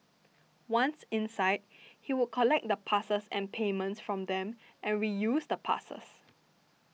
once inside he would collect the passes and payments from them and reuse the passes